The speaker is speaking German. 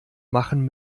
machen